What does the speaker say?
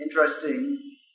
interesting